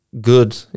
good